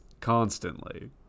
constantly